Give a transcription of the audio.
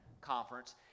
Conference